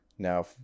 Now